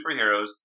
superheroes